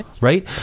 right